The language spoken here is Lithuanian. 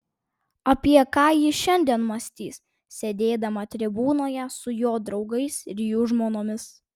apie ką ji šiandien mąstys sėdėdama tribūnoje su jo draugais ir jų žmonomis